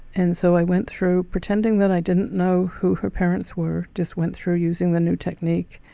and so i went through pretending that i didn't know who her parents were just went through using the new technique,